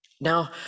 now